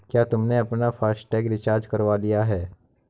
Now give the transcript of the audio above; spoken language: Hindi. क्या तुमने अपना फास्ट टैग रिचार्ज करवा लिया है?